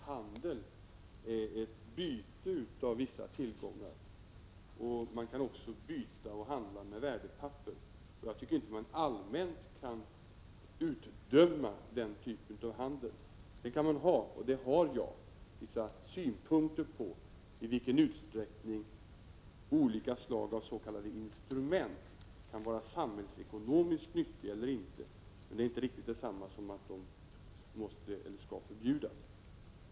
Herr talman! Handel innebär byte av vissa tillgångar. Man kan också byta och handla med värdepapper. Jag tycker inte att man rent allmänt kan utdöma den typen av handel. Sedan kan man ha — och det har jag — vissa synpunkter på i vilken utsträckning olika slag av s.k. instrument är samhällsekonomiskt nyttiga, men det är inte riktigt detsamma som att de skall förbjudas.